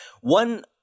One